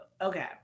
okay